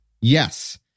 Yes